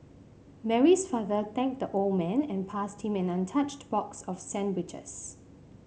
Mary's father thanked the old man and passed him an untouched box of sandwiches